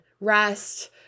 rest